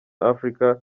africa